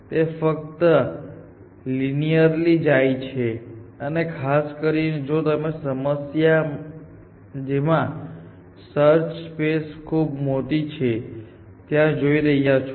તે ફક્ત લિનીઅરલી જાય છે અને ખાસ કરીને જો તમે તે સમસ્યા જેમાં સર્ચ સ્પેસ ખુબ મોટી છે ત્યાં જોઈ રહ્યા છો